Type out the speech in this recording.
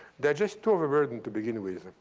they are just too overburdened to begin with.